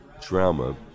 trauma